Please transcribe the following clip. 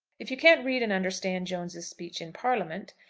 if you can't read and understand jones's speech in parliament,